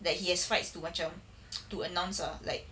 that he has fights to macam to announce ah like